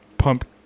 pump